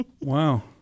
Wow